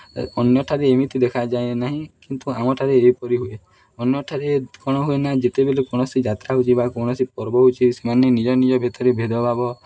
ଅନ୍ୟଠାରେ ଏମିତି ଦେଖାଯାଏ ନାହିଁ କିନ୍ତୁ ଆମଠାରେ ଏହିପରି ହୁଏ ଅନ୍ୟଠାରେ କ'ଣ ହୁଏ ନା ଯେତେବେଲେ କୌଣସି ଯାତ୍ରା ହେଉଛି ବା କୌଣସି ପର୍ବ ହେଉଛି ସେମାନେ ନିଜ ନିଜ ଭିତରେ ଭେଦଭାବ